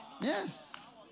Yes